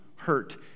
hurt